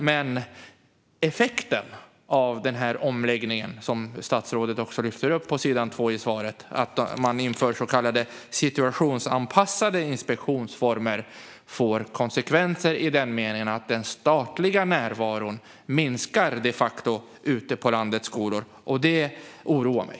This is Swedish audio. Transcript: Men som statsrådet också lyfter fram i svaret får effekten av omläggningen, det vill säga att man inför så kallade situationsanpassade inspektionsformer, konsekvenser i den meningen att den statliga närvaron de facto minskar ute på landets skolor. Det oroar mig.